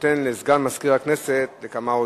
לסגן מזכיר הכנסת.